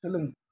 सोलों